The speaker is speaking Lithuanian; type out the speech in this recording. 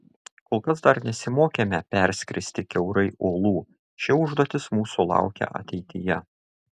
kol kas dar nesimokėme perskristi kiaurai uolų ši užduotis mūsų laukia ateityje